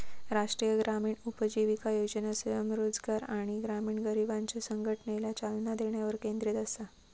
राष्ट्रीय ग्रामीण उपजीविका योजना स्वयंरोजगार आणि ग्रामीण गरिबांच्यो संघटनेला चालना देण्यावर केंद्रित असा